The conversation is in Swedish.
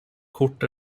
kort